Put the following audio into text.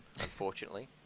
unfortunately